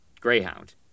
Greyhound